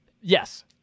yes